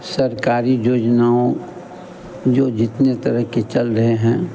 सरकारी योजनाओं जो जितने तरह के चल रहे हैं